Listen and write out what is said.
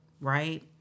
right